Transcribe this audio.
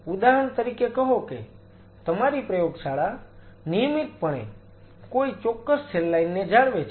ઉદાહરણ તરીકે કહો કે તમારી પ્રયોગશાળા નિયમિતપણે કોઈ ચોક્કસ સેલ લાઈન ને જાળવે છે